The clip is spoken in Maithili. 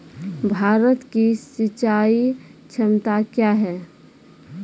भारत की सिंचाई क्षमता क्या हैं?